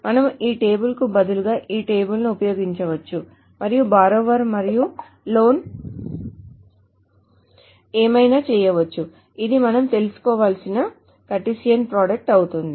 మనము ఈ టేబుల్ కు బదులుగా ఈ టేబుల్ ను ఉపయోగించవచ్చు మరియు బార్రోవర్ మరియు lలోన్ ను ఏమైనా చేయవచ్చు ఇది మనం తీసుకోవలసిన కార్టిసియన్ ప్రోడక్ట్ అవుతుంది